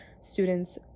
students